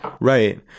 right